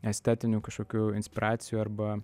estetinių kažkokių inspiracijų arba